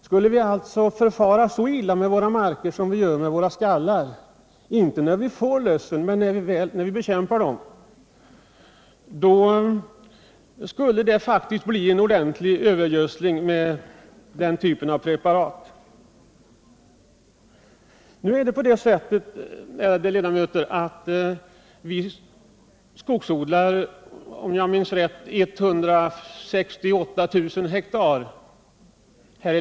Skulle vi alltså behandla våra marker så illa som vi behandlar våra skallar — inte när vi får lössen men när vi bekämpar dem — skulle det faktiskt bli en ordentlig övergödsling med den typen av preparat. Vi skogsodlar, om jag minns rätt, 168 000 ha.